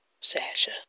Sasha